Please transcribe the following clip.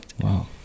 Wow